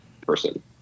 person